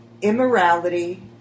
immorality